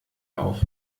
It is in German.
auf